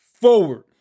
forward